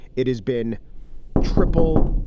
it has been triple,